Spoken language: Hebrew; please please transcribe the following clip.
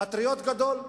פטריוט גדול,